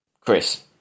Chris